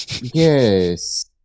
yes